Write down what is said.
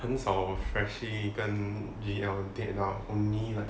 很少 freshie 跟 G_L date lah only like